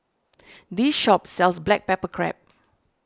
this shop sells Black Pepper Crab